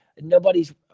nobody's